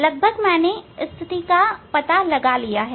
लगभग मैंने स्थिति का पता लगा लिया है